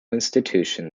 institution